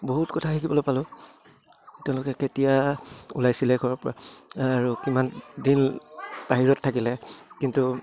বহুত কথা শিকিবলৈ পালোঁ তেওঁলোকে কেতিয়া ওলাইছিলে ঘৰৰ পৰা আৰু কিমান দিন বাহিৰত থাকিলে কিন্তু